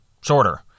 shorter